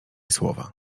słowa